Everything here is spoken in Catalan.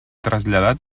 traslladat